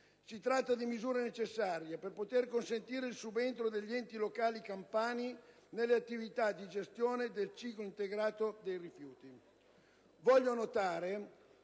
Si tratta di misure necessarie per poter consentire il subentro degli enti territoriali campani nelle attività di gestione del ciclo integrato dei rifiuti.